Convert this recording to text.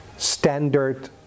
standard